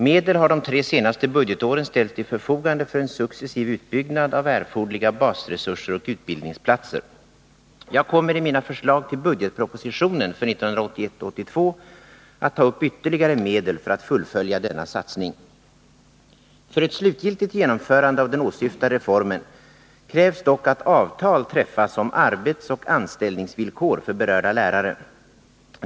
Medel har de tre senaste budgetåren ställts till förfogande för en successiv uppbyggnad av erforderliga basresurser och utbildningsplatser. Jag kommer i mina förslag till budgetpropositionen för 1981/82 att ta upp ytterligare medel för att fullfölja denna satsning. För ett slutgiltigt genomförande av den åsyftade reformen krävs dock att avtal träffas om arbetsoch anställningsvillkor för berörda lärare.